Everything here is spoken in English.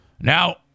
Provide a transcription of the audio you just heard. Now